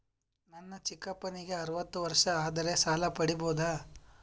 ನನ್ನ ಚಿಕ್ಕಪ್ಪನಿಗೆ ಅರವತ್ತು ವರ್ಷ ಆದರೆ ಸಾಲ ಪಡಿಬೋದ?